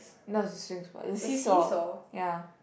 not the swings but the see saw ya